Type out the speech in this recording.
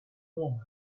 moment